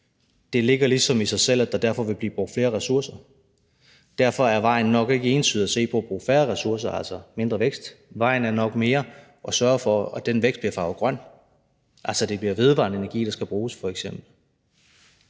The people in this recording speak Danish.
Det giver ligesom sig selv, at der derfor vil blive brugt flere ressourcer. Derfor er vejen nok ikke entydigt at se på at bruge færre ressourcer, altså mindre vækst. Vejen er nok mere at sørge for, at den vækst bliver farvet grøn, altså f.eks. at det bliver vedvarende energi, der skal bruges. Kl.